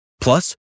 Plus